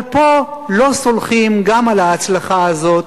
אבל פה לא סולחים גם על ההצלחה הזאת.